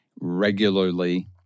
regularly